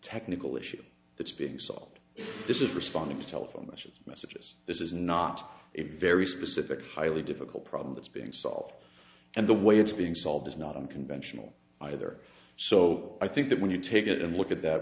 technical issue that's being solved this is responding to telephone messages messages this is not a very specific highly difficult problem that's being solved and the way it's being solved is not unconventional either so i think that when you take a look at that